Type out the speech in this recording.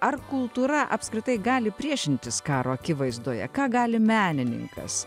ar kultūra apskritai gali priešintis karo akivaizdoje ką gali menininkas